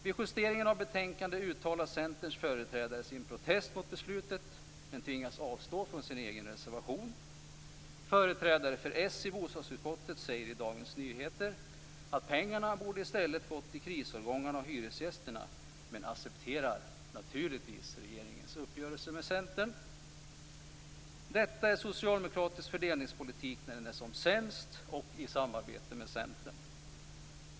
Vid justeringen av betänkandet uttalade Centerns företrädare sin protest mot beslutet, men tvingades avstå från sin egen reservation. Företrädare för s i bostadsutskottet säger i Dagens Nyheter att pengarna i stället borde ha gått till krisårgångarna och hyresgästerna, men accepterar naturligtvis regeringens uppgörelse med Centern. Detta är socialdemokratisk fördelningspolitik när den är som sämst och när den sker i samarbete med Centern.